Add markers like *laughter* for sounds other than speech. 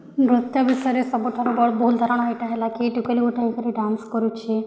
*unintelligible* ଭିତରେ ସବୁଠାରୁ *unintelligible* ଧାରଣା ଏଇଟା ହେଲାକି ଟୁକେଲ୍ ଗୁଟେ ହେଇକରି ଡ଼ାନ୍ସ୍ କରୁଛି